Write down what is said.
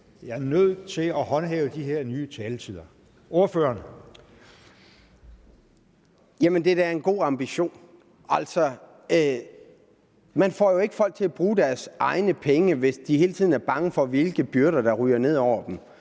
Jeg er nødt til at håndhæve de her nye taletider. Ordføreren. Kl. 09:57 Peter Christensen (V): Jamen det er da en god ambition. Altså, man får jo ikke folk til at bruge deres egne penge, hvis de hele tiden er bange for, hvilke byrder der ryger ned over dem.